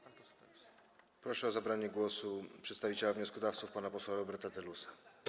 Proszę o zabranie głosu przedstawiciela wnioskodawców pana posła Roberta Telusa.